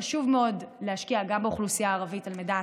חשוב מאוד להשקיע גם באוכלוסייה הערבית על מנת